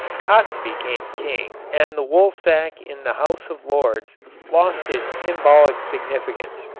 cotton became king and the wool-sack in the house of lords lost its symbolic significance.